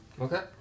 Okay